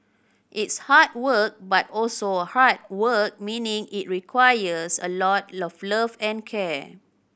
it's hard work but also heart work meaning it requires a lot of love and care